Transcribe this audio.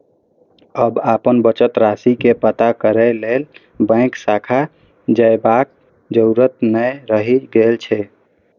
आब अपन बचत राशि के पता करै लेल बैंक शाखा जयबाक जरूरत नै रहि गेल छै